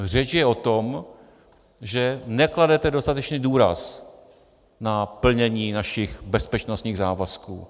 Řeč je o tom, že nekladete dostatečný důraz na plnění našich bezpečnostních závazků.